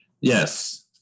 Yes